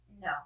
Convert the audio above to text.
No